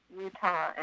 Utah